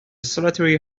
solitary